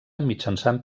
mitjançant